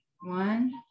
One